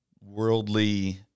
worldly